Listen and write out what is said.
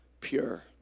pure